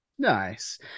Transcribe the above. Nice